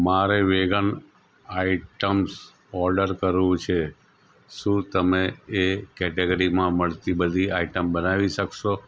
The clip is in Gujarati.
મારે વેગન આઇટમ્સ ઓડર કરવું છે શું તમે એ કેટેગરીમાં મળતી બધી આઇટમ બતાવી શકશો